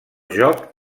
joc